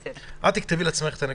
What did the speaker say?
תכתבי לעצמך את הנקודות.